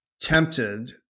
tempted